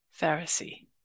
Pharisee